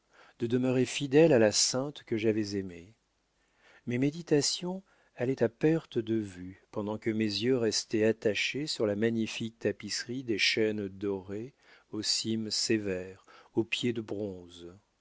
de demeurer fidèle à la sainte que j'avais aimée mes méditations allaient à perte de vue pendant que mes yeux restaient attachés sur la magnifique tapisserie des chênes dorés aux cimes sévères aux pieds de bronze